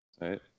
Right